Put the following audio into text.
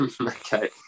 Okay